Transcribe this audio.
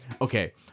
okay